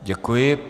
Děkuji.